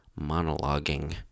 monologuing